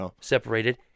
separated